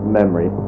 memory